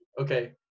Okay